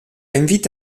invite